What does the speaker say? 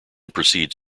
proceeds